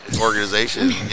organization